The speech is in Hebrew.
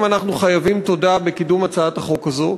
אנחנו חייבים תודה בקידום הצעת החוק הזאת.